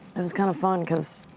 it was kind of fun because,